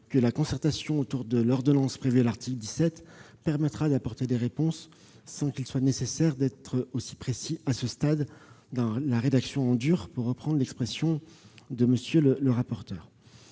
que la concertation autour de l'ordonnance prévue à l'article 17 permettra d'apporter des réponses sans qu'il soit nécessaire d'être aussi précis à ce stade dans la rédaction « en dur », pour reprendre une expression de M. le rapporteur.